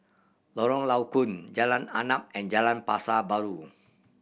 Lorong Low Koon Jalan Arnap and Jalan Pasar Baru